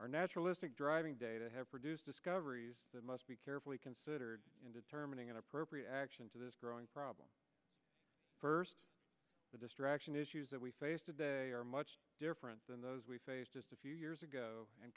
are naturalistic driving data have produced discoveries that must be carefully considered in determining an appropriate action to this growing problem first the distraction issues that we face today are much different than those we face just a few years ago and